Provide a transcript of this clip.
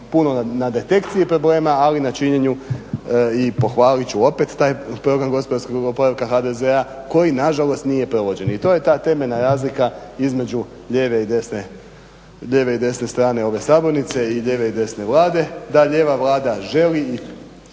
puno na detekciji problema, ali na činjenju i pohvalit ću opet taj program gospodarskog oporavka HDZ-a koji nažalost nije provođen. I to je ta temeljna razlika između lijeve i desne strane ove sabornice i lijeve i desne Vlade. Da lijeva Vlada i želi i